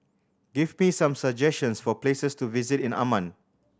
give me some suggestions for places to visit in Amman